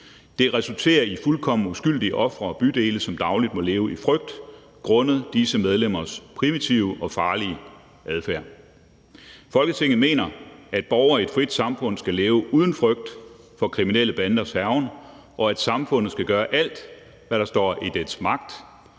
Det resulterer i fuldkommen uskyldige ofre og bydele, som dagligt må leve i frygt grundet disse medlemmers primitive og farlige adfærd. Folketinget mener, at borgere i et frit samfund skal kunne leve uden frygt for kriminelle banders hærgen, og at samfundet skal gøre alt, hvad der står i dets magt,